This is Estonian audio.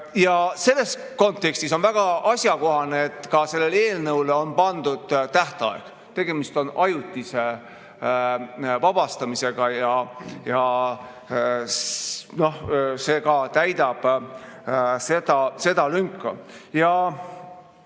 Selles kontekstis on väga asjakohane, et ka sellele eelnõule on pandud tähtaeg, tegemist on ajutise vabastamisega ja see ka täidab seda lünka.